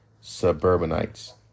suburbanites